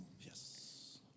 yes